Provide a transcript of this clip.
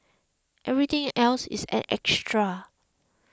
everything else is an extra